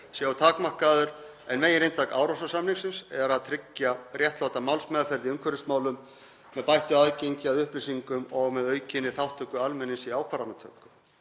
sé of takmarkaður. Megininntak Árósasamningsins er að tryggja réttláta málsmeðferð í umhverfismálum með bættu aðgengi að upplýsingum og með aukinni þátttöku almennings í ákvarðanatöku.